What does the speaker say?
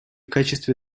качестве